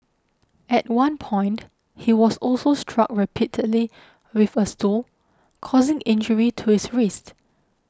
at one point he was also struck repeatedly with a stool causing injury to his wrist